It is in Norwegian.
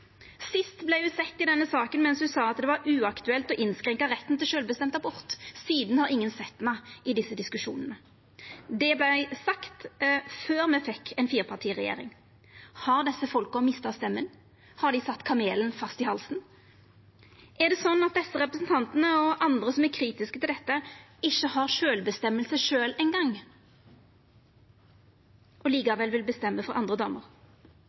Sist ho vart sett i denne saka, sa ho at det var uaktuelt å innskrenka retten til sjølvbestemt abort. Sidan har ingen sett henne i desse diskusjonane. Det vart sagt før me fekk ei firepartiregjering: Har desse folka mista stemma? Har dei sett kamelen fast i halsen? Er det sånn at desse representantane – og andre som er kritiske til dette – ikkje eingong sjølv har sjølvbestemming, men likevel vil bestemma for andre